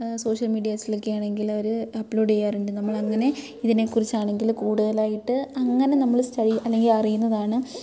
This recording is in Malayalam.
സോഷ്യൽ മീഡിയസിലൊക്കെ ആണെങ്കിൽ ഒരു അപ്ലോഡ് ചെയ്യാറുണ്ട് നമ്മൾ ഇതിനെ കുറിച്ച് ആണെങ്കിൽ കൂടുതലായിട്ട് അങ്ങനെ നമ്മൾ സ്റ്റഡി അല്ലെങ്കിൽ അറിയുന്നതാണ്